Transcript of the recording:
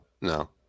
no